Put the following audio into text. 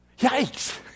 Yikes